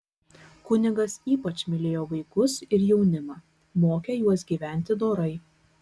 kunigas ypač mylėjo vaikus ir jaunimą mokė juos gyventi dorai